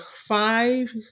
five